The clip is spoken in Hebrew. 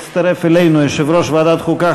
יצטרף אלינו יושב-ראש ועדת חוקה,